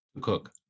cook